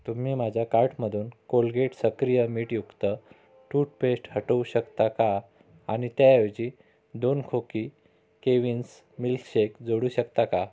तुम्ही माझ्या कार्टमधून कोलगेट सक्रिय मीटयुक्त टूटपेस्ट हटवू शकता का आणि त्याऐवजी दोन खोकी केव्हिन्स मिल्कशेक जोडू शकता का